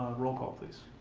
role call please.